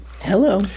Hello